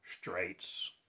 straits